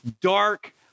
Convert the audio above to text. dark